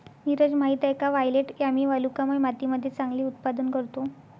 नीरज माहित आहे का वायलेट यामी वालुकामय मातीमध्ये चांगले उत्पादन करतो?